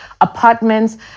apartments